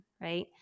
right